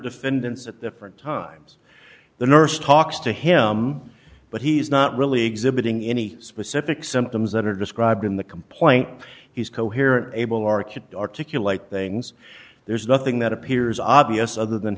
defendants at different times the nurse talks to him but he's not really exhibiting any specific symptoms that are described in the complaint he's coherent able are can articulate they means there's nothing that appears obvious other than